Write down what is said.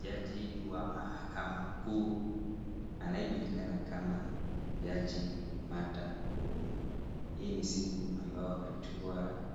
Jaji wa mahakama kuu anayejulikana kama Jaji Martha Koome. Hii ni siku ambayo